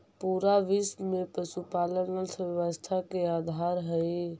पूरा विश्व में पशुपालन अर्थव्यवस्था के आधार हई